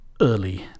early